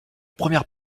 première